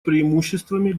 преимуществами